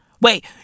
Wait